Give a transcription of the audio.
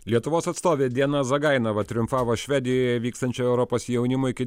lietuvos atstovė diana zagainava triumfavo švedijoje vykstančio europos jaunimo iki